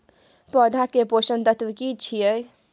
पौधा के पोषक तत्व की छिये?